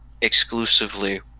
exclusively